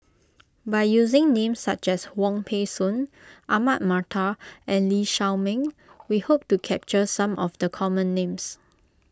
by using names such as Wong Peng Soon Ahmad Mattar and Lee Shao Meng we hope to capture some of the common names